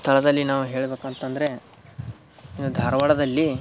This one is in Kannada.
ಸ್ಥಳದಲ್ಲಿ ನಾವು ಹೇಳ್ಬೇಕು ಅಂತಂದರೆ ಈ ಧಾರವಾಡದಲ್ಲಿ